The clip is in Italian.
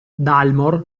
dalmor